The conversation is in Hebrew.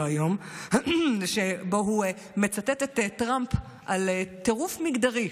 היום שבו הוא מצטט את טראמפ על טירוף מגדרי.